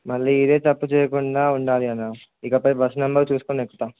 మళ్ళీ ఇదే తప్పు చేయకుండా ఉండాలి అన్నా ఇకపై బస్ నెంబర్ చూసుకోని ఎక్కుతాను